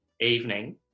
evening